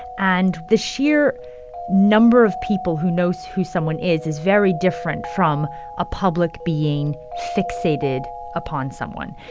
and the sheer number of people who knows who someone is is very different from a public being fixated upon someone.